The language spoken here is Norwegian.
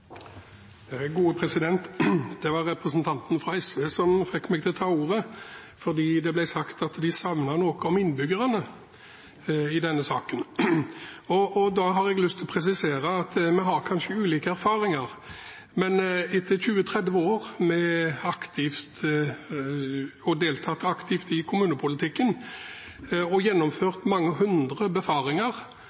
Det var representanten fra SV som fikk meg til å ta ordet, for det ble sagt at de savnet noe om innbyggerne i denne saken. Da har jeg lyst til å presisere at vi kanskje har ulike erfaringer, men etter å ha deltatt aktivt i kommunepolitikken i 20–30 år og gjennomført mange hundre befaringer